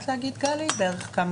כמה